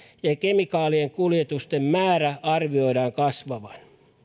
ja ja kemikaalien kuljetusten määrän arvioidaan kasvavan